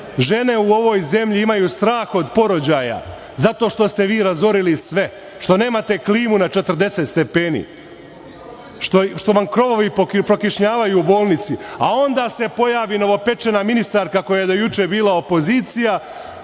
u ovoj zemlji imaju strah od porođaja zato što ste vi razorili sve, što nemate klimu na 40 stepeni, što vam krovovi prokišnjavaju u bolnici, a onda se pojavi novopečena ministarka, koja je do juče bila opozicija,